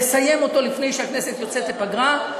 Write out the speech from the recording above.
לסיים אותו לפני שהכנסת יוצאת לפגרה,